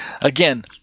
again